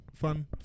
fun